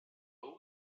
old